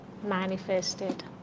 manifested